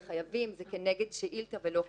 חייבים אז זה נגד שאילתה ולא ---.